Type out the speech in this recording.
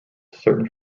certain